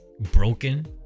broken